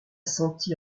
senti